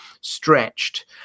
stretched